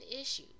issue